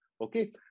Okay